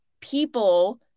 people